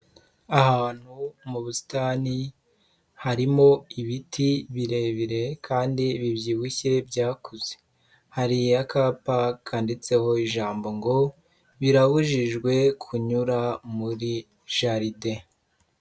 Ahantu mu busitani, harimo ibiti birebire kandi bibyibushye byakuze. Hari akapa kanditseho ijambo ngo, birabujijwe kunyura muri jaride.